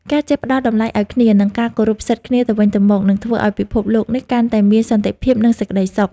ការចេះផ្ដល់តម្លៃឱ្យគ្នា និងការគោរពសិទ្ធិគ្នាទៅវិញទៅមក នឹងធ្វើឱ្យពិភពលោកនេះកាន់តែមានសន្តិភាព និងសេចក្តីសុខ។